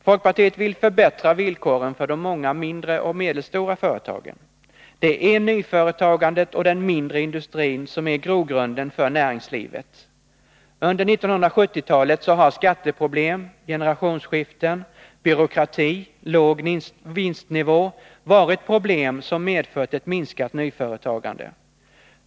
Folkpartiet vill förbättra villkoren för de många mindre och medelstora företagen. Det är nyföretagandet och den mindre industrin som är grogrunden för näringslivet. Under 1970-talet har skatteproblem, generationsskiften, byråkrati och låg vinstnivå varit problem som medfört ett minskat nyföretagande.